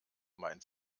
meint